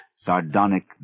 sardonic